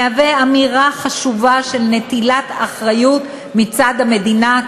מהווים אמירה חשובה של נטילת אחריות מצד המדינה,